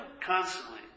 Constantly